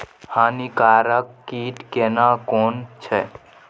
हानिकारक कीट केना कोन छै?